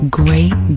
great